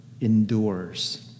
endures